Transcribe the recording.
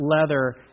leather